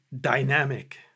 dynamic